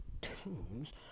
tombs